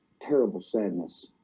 terrible sadness